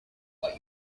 what